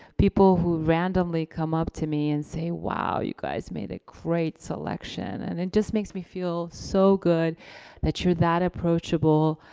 people who randomly come up to me and say wow, you guys made a great selection and it just makes me feel so good that you're that approachable.